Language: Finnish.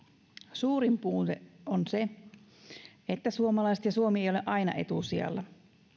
suurin puute on se että suomalaiset ja suomi eivät ole aina etusijalla